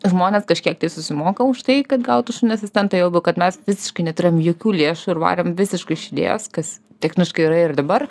žmonės kažkiek tai susimoka už tai kad gautų šunį asistentą juo labiau kad mes visiškai neturėjom jokių lėšų ir varėm visiškai iš idėjos kas techniškai yra ir dabar